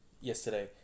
yesterday